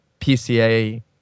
PCA